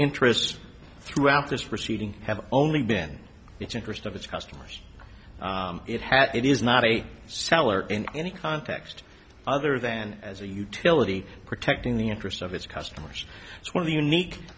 interests throughout this reseating have only been it's interest of its customers it hat it is not a seller in any context other than as a utility protecting the interests of its customers one of the unique